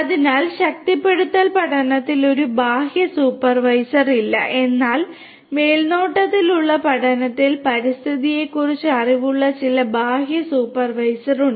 അതിനാൽ ശക്തിപ്പെടുത്തൽ പഠനത്തിൽ ഒരു ബാഹ്യ സൂപ്പർവൈസർ ഇല്ല എന്നാൽ മേൽനോട്ടത്തിലുള്ള പഠനത്തിൽ പരിസ്ഥിതിയെക്കുറിച്ച് അറിവുള്ള ചില ബാഹ്യ സൂപ്പർവൈസർ ഉണ്ട്